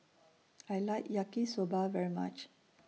I like Yaki Soba very much